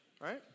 Right